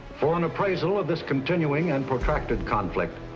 for an appraisal of this continuing and protracted conflict,